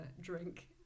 drink